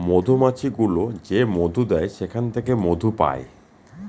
মধুমাছি গুলো যে মধু দেয় সেখান থেকে মধু পায়